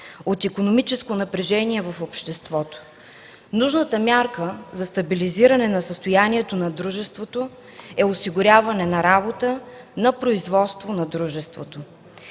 от икономическо напрежение в обществото. Нужната мярка за стабилизиране състоянието на дружеството е осигуряване на работа на производство на дружеството.